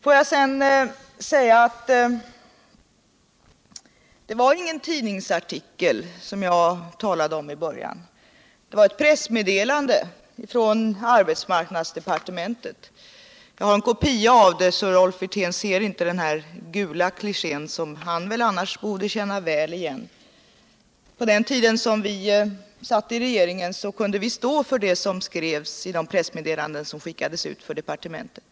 Får jag sedan säga att det inte var någon tidningsartikel som jag talade om i början av mitt huvudanförande. Det var ett pressmeddelande från arbets marknadsdepartementet. Det är en kopia som jag har här, så Rolf Wirtén ser inte det gula klichétrycket, som han annars borde känna väl igen. På den tiden då vi satt i regeringen kunde vi stå för det som skrevs i de pressmeddelanden som skickades ut från departementet.